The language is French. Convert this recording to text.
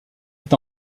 est